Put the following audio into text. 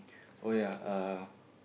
oh ya uh